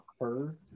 occur